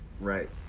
Right